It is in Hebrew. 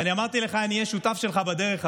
אני אמרתי לך: אני אהיה שותף שלך בדרך הזו.